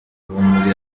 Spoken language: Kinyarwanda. muri